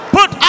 Put